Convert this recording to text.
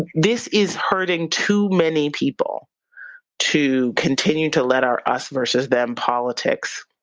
this is hurting too many people to continue to let our us versus them politics